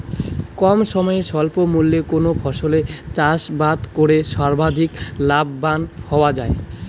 কম সময়ে স্বল্প মূল্যে কোন ফসলের চাষাবাদ করে সর্বাধিক লাভবান হওয়া য়ায়?